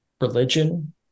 religion